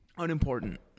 unimportant